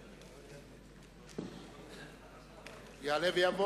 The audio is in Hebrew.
(חותם על ההצהרה) יעלה ויבוא